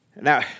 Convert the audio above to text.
Now